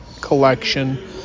Collection